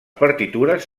partitures